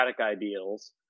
ideals